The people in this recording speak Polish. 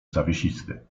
zawiesisty